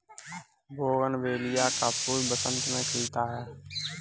bougainvillea का फूल बसंत में खिलता है